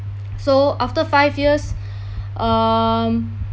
so after five years um